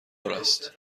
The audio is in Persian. است